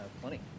plenty